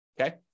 Okay